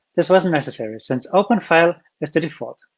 this wasn't necessary, since open file is the default.